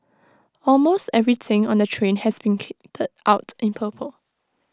almost everything on the train has been kitted out in purple